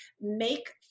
make